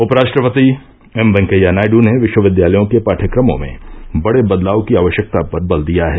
उप राष्ट्रपति एम वेंकैया नायडू ने विश्वविद्यालयों के पाठ्यक्रमों में बड़े बदलाव की आवश्यकता पर बल दिया है